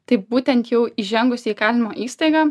tai būtent jau įžengusi į įkalinimo įstaigą